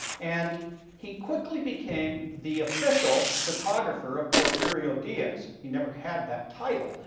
and he quickly became the official photographer of porfirio diaz. he never had that title,